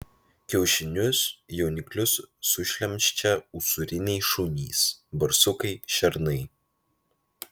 kiaušinius jauniklius sušlemščia usūriniai šunys barsukai šernai